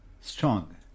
Strong